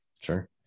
Sure